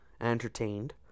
Entertained